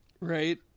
Right